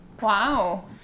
Wow